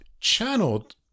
channeled